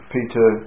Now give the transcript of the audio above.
Peter